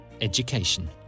education